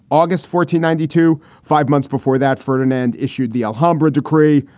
august fourteen, ninety two. five months before that, ferdinand issued the alhambra decree,